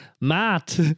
Matt